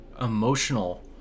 emotional